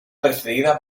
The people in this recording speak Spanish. precedida